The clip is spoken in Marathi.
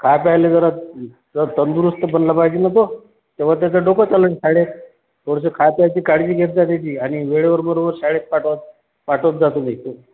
खा प्यायले जरा तंदुरुस्त बनला पाहिजे ना तो तेव्हा त्याचं डोकं चालेल शाळेत थोडंसं खायापियाची काळजी घेत जा त्याची आणि वेळेवर बरोबर शाळेत पाठवत पाठवत जा तुम्ही